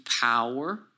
power